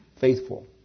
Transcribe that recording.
faithful